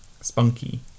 Spunky